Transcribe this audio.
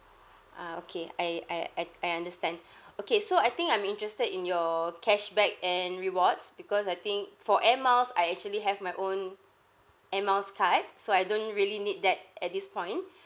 ah okay I I I I understand okay so I think I'm interested in your cashback and rewards bebecause I think for air miles I actually have my own air miles card so I don't really need that at this point